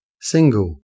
single